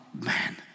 man